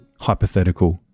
hypothetical